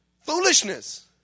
Foolishness